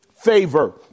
favor